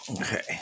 Okay